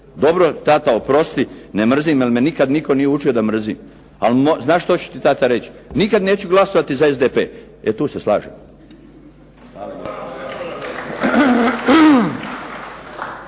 Dobro tata, oprosti. Ne mrzim jer me nikad nitko nije učio da mrzim. Ali znaš što ću ti tata reći? Nikad neću glasovati za SDP. E tu se slažem.